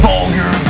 Vulgar